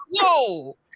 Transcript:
whoa